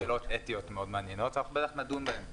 ושאלות אתיות מאוד מעניינות שבוודאי נדון בהן פה.